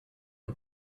une